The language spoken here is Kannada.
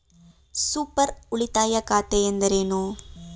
ಸೂಪರ್ ಉಳಿತಾಯ ಖಾತೆ ಎಂದರೇನು?